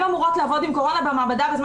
הן אמורות לעבוד עם קורונה במעבדה בזמן